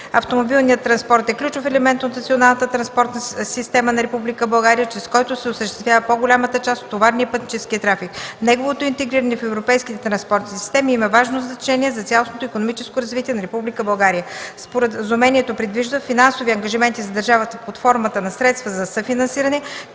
Автомобилният транспорт е ключов елемент от националната транспортна система на Република България, чрез който се осъществява по-голямата част от товарния и пътническия трафик. Неговото интегриране в европейските транспортни системи има важно значение за цялостното икономическо развитие на Република България. Споразумението предвижда финансови ангажименти за държавата под формата на средства за съфинансиране,